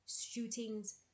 shootings